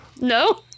No